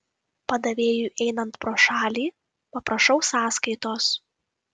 padavėjui einant pro šalį paprašau sąskaitos